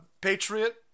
Patriot